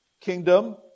kingdom